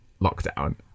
lockdown